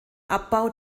abbau